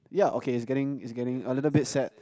ya okay it's getting it's getting a little bit sad